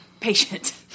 patient